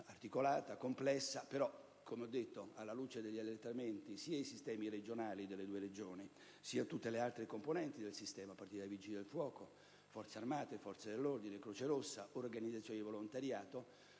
articolata e complessa, però - come ho detto - alla luce degli allertamenti, sia i sistemi regionali delle due Regioni sia tutte le altre componenti del sistema, Vigili del fuoco, Forze armate, Forze dell'ordine, Croce Rossa e organizzazioni di volontariato,